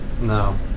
No